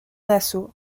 nassau